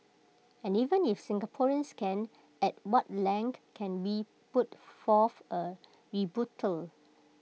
and even if Singaporeans can at what length can we put forth A rebuttal